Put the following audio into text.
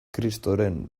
kristoren